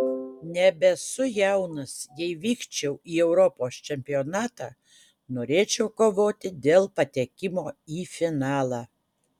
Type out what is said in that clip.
nebesu jaunas jei vykčiau į europos čempionatą norėčiau kovoti dėl patekimo į finalą